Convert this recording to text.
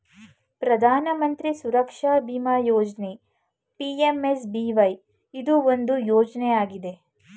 ಪ್ರಧಾನ ಮಂತ್ರಿ ಸುರಕ್ಷಾ ಬಿಮಾ ಯೋಜ್ನ ಪಿ.ಎಂ.ಎಸ್.ಬಿ.ವೈ ಇದು ಒಂದು ಯೋಜ್ನ ಆಗಿದೆ